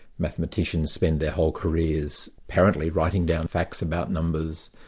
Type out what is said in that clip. mathematicians spend their whole careers, apparently, writing down facts about numbers,